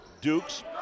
Dukes